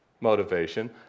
motivation